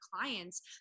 clients